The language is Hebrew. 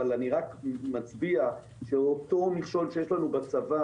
אבל אני רק מצביע שאותו מכשול שיש לנו בצבא,